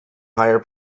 higher